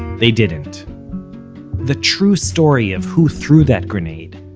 they didn't the true story of who threw that grenade,